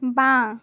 বাঁ